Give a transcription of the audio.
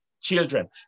children